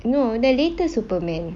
no the latest superman